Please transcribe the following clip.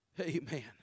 Amen